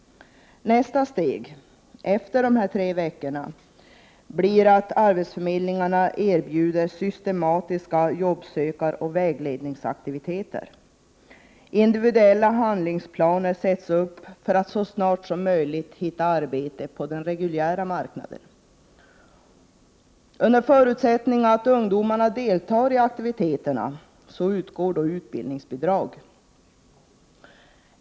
Nästa steg, efter tre veckor, blir att arbetsförmedlingarna erbjuder systematiska arbetssökaroch vägledningsaktiviteter. Individuella handlingsplaner sätts upp för att man så snart som möjligt skall kunna hitta arbete på den reguljära marknaden. Under förutsättning att ungdomarna deltar i aktiviteterna utgår utbildningsbidrag.